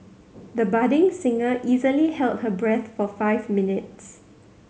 the budding singer easily held her breath for five minutes